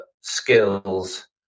skills